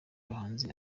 abahanzi